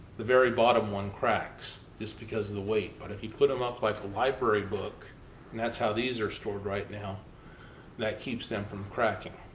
the very bottom one cracks just because of the weight. but if you put them up like a library book and that's how these are stored right now that keeps them from cracking.